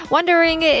Wondering